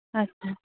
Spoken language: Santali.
ᱟᱪᱪᱷᱟ